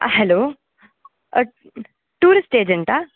ஆ hello ஆ tourist ஏஜென்ட்டா